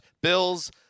Bills